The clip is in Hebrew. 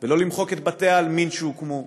ולא למחוק את בתי-העלמין שהוקמו,